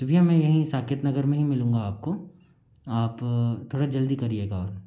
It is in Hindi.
तो भैया मैं यहीं साकेत नगर में ही मिलूँगा आपको आप थोड़ा जल्दी करिएगा और